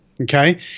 Okay